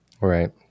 Right